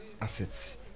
assets